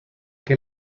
que